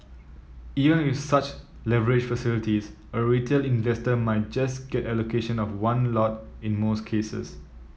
even with such leverage facilities a retail investor might just get allocation of one lot in most cases